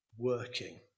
working